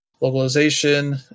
localization